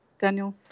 Daniel